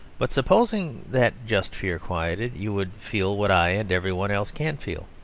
but, supposing that just fear quieted, you would feel what i and every one else can feel.